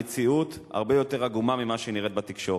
המציאות הרבה יותר עגומה מכפי שהיא נראית בתקשורת.